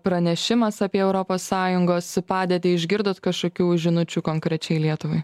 pranešimas apie europos sąjungos padėtį išgirdot kažkokių žinučių konkrečiai lietuvai